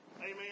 amen